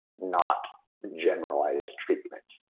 not generalized treatment.